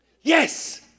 Yes